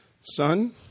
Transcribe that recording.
Son